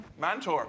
Mantor